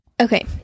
okay